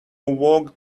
walk